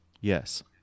yes